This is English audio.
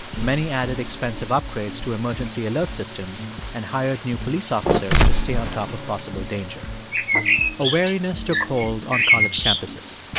many added expensive upgrades to emergency alert systems and hired new police officers to stay on top of possible danger a wariness took hold on college campuses.